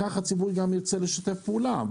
כך הציבור גם ירצה לשתף פעולה.